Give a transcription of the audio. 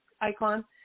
icon